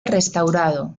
restaurado